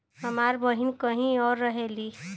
हमार बहिन कहीं और रहेली